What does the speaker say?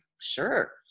sure